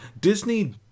Disney